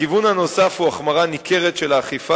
הכיוון הנוסף הוא החמרה ניכרת של האכיפה